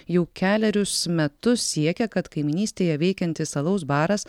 jau kelerius metus siekia kad kaimynystėje veikiantis alaus baras